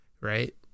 right